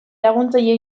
laguntzaile